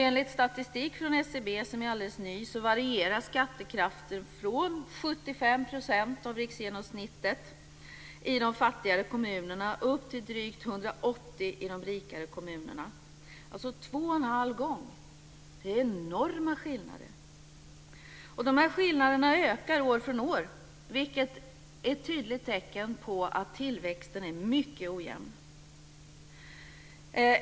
Enligt en statistik från SCB som är alldeles ny varierar skattekraften från 75 %, riksgenomsnittet i de fattigare kommunerna, upp till drygt 180 % i de rikare. Det är alltså två och en halv gång. Det är enorma skillnader. Skillnaderna ökar också år från år, vilket är ett tydligt tecken på att tillväxten är mycket ojämn.